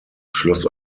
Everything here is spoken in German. schloss